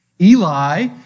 Eli